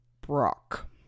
Brock